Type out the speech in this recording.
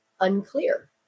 unclear